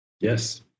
Yes